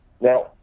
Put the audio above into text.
Now